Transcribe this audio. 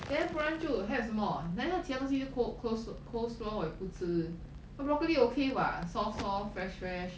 then 不然就还有什么难道其他东西就 cole~ cole~ coleslaw 我也不吃 broccoli okay [what] soft soft fresh fresh